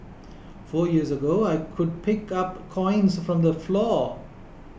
four years ago I could pick up coins from the floor